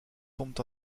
tombent